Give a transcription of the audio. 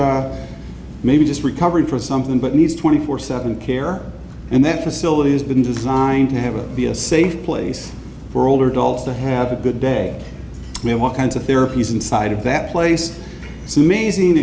or maybe just recovery for something but needs twenty four seven care and that facility has been designed to have be a safe place for older adults to have a good day i mean what kinds of therapies inside of that place s